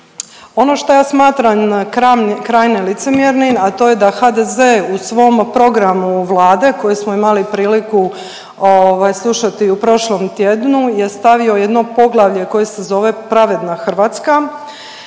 Ono što ja smatram krajnje licemjernim, a to je da HDZ u svom programu Vlade koji smo imali priliku slušati u prošlom tjednu je stavio jedno poglavlje koje se zove pravedna Hrvatska